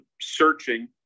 searching